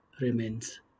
remains